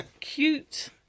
Cute